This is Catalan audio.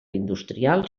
industrial